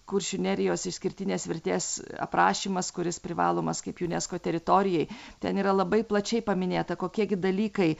kuršių nerijos išskirtinės vertės aprašymas kuris privalomas kaip unesco teritorijai ten yra labai plačiai paminėta kokie gi dalykai